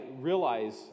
realize